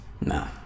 No